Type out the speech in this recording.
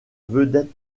vedette